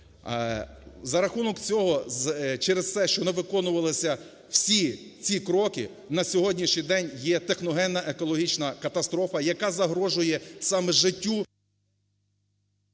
За рахунок цього, через це, що не виконувалися всі ці кроки, на сьогоднішній день є техногенна екологічна катастрофа, яка загрожує саме життю…